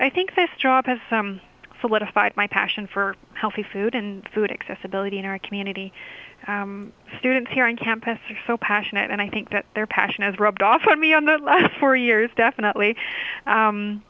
as solidified my passion for healthy food and food accessibility in our community students here on campus are so passionate and i think that their passion has rubbed off on me on the last four years definitely